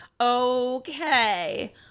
Okay